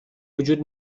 وجود